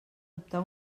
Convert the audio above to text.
optar